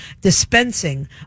dispensing